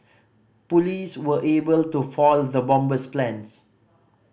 police were able to foil the bomber's plans